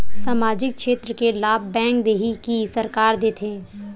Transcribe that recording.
सामाजिक क्षेत्र के लाभ बैंक देही कि सरकार देथे?